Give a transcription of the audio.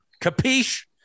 capiche